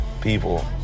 people